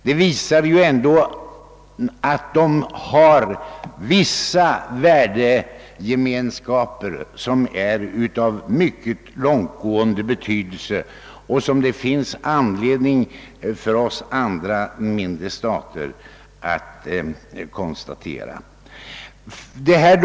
Detta visar ändå att dessa båda makter har en viss värdegemenskap av mycket långtgående betydelse, och det finns anledning för de mindre staterna att konstatera detta.